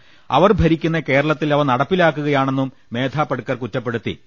M അവർ ഭരിക്കുന്ന കേരളത്തിൽ അവ നടപ്പിലാക്കുകയാ ണെന്നും മേധാപട്കർ കുറ്റപ്പെടുത്തി